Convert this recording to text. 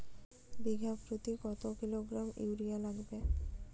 বিঘাপ্রতি কত kilogram urea লাগবে?